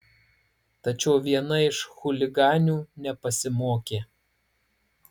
tačiau viena iš chuliganių nepasimokė